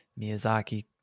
Miyazaki